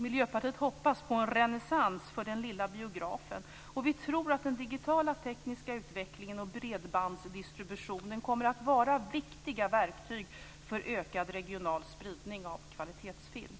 Miljöpartiet hoppas på en renässans för den lilla biografen, och vi tror att den digitala tekniska utvecklingen och bredbandsdistributionen kommer att vara viktiga verktyg för ökad regional spridning av kvalitetsfilm.